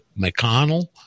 McConnell